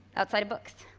outside of books.